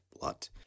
blood